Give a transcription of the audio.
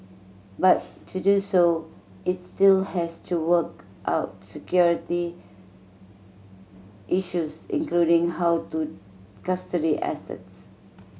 but to do so it's still has to work out security issues including how to custody assets